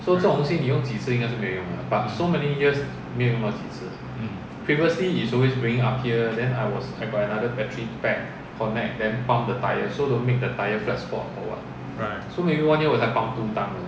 mm mm right